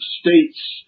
states